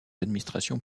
administration